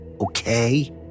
Okay